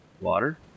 Water